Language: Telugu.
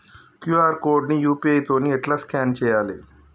క్యూ.ఆర్ కోడ్ ని యూ.పీ.ఐ తోని ఎట్లా స్కాన్ చేయాలి?